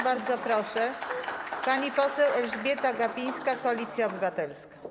Bardzo proszę, pani poseł Elżbieta Gapińska, Koalicja Obywatelska.